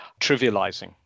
trivializing